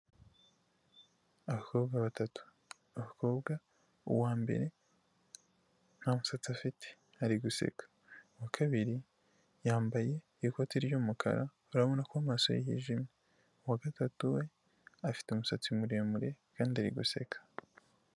Abakobwa batatu abakobwa uwambere ntamusatsi afite ari guseka, uwa kabiri yambaye ikoti ry'umukara urabona ko amasoso hijimye, uwa gatatu we afite umusatsi muremure kandi ari guseka.